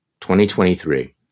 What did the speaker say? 2023